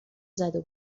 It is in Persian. زدو